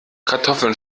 kartoffeln